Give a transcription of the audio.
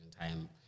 time